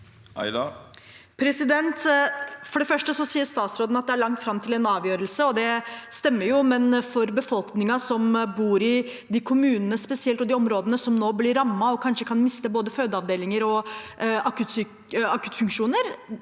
For det første sier stats- råden at det er langt fram til en avgjørelse. Det stemmer jo. Men spesielt for befolkningen som bor i de kommunene og i de områdene som nå blir rammet, og kanskje kan miste både fødeavdelinger og akuttfunksjoner,